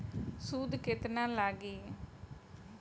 सूद केतना लागी?